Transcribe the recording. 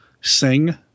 sing